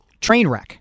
Trainwreck